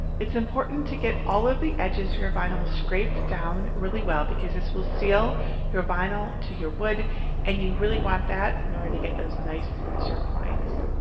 it's important to get all of the edges of your vinyl scraped down really well because this will seal your vinyl to your wood and you really want that in order to get those nice, sharp lines.